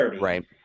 right